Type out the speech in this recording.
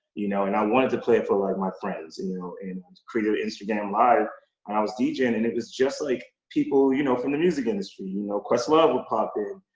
you know, and i wanted to play it for, like, my friends, you know, and create an instagram live, and i was deejaying, and it was just like people, you know, from the music industry. you you know, questlove would pop in.